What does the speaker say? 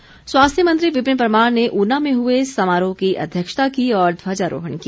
ऊना समारोह स्वास्थ्य मंत्री विपिन परमार ने ऊना में हुए समारोह की अध्यक्षता की और ध्वजारोहण किया